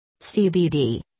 CBD